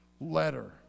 letter